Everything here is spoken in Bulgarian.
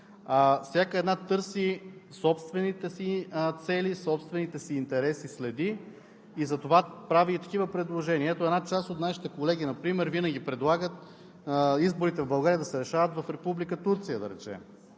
всяка една търси собствените си цели, следи собствените си интереси следи и затова прави такива предложения. Ето: една част от нашите колеги например винаги предлагат изборите в България да се решават в Република Турция, да речем;